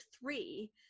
three